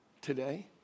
today